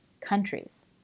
countries